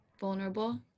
vulnerable